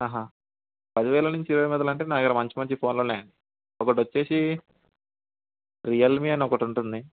పది వేల నుంచి ఇరవై వేలు అంటే నా దగ్గర మంచి మంచి ఫోన్లో ఉన్నాయి అండి ఒకటి వచ్చేసి రియల్మీ అని ఒకటి ఉంటుంది